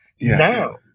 Now